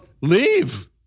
leave